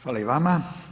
Hvala i vama.